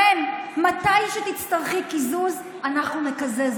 שרן, מתי שתצטרכי קיזוז, אנחנו נקזז אותך.